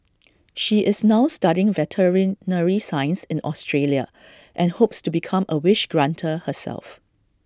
she is now studying veterinary science in Australia and hopes to become A wish granter herself